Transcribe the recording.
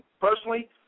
personally